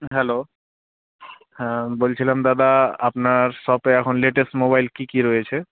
hello হ্যাঁ বলছিলাম দাদা আপনার শপে এখন লেটেস্ট মোবাইল কী কী রয়েছে